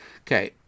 Okay